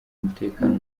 umutekano